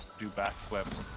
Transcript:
do backflips.